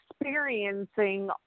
experiencing